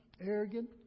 arrogant